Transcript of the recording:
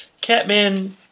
Catman